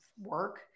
work